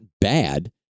bad